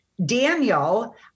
Daniel